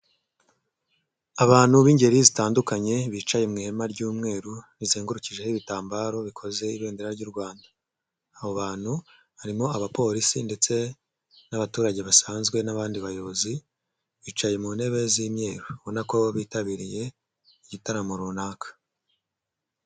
Abantu b'ingeri zitandukanye , bicaye mu ihema ry'umweru rizengurukijeho ibitambaro bikoze ibendera ry'u Rwanda, abo bantu harimo aba polisi ndetse n'abaturage basanzwe , n'abandi bayobozi bicaye mu ntebe z'imyeru urabona ko bitabiriye igitaramo runaka.